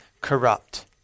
corrupt